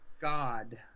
God